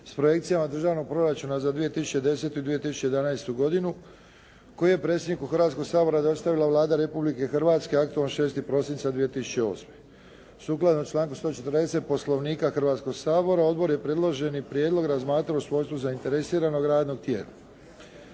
s projekcijama Državnog proračuna za 2010. i 2011. godinu koji je predsjedniku Hrvatskog sabora dostavila Vlada Republike Hrvatske aktom od 6. prosinca 2008. Sukladno članku 140. Poslovnika Hrvatskog sabora, odbor je predloženi prijedlog razmatrao u svojstvu zainteresiranog radnog tijela.